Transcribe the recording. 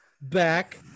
back